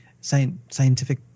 Scientific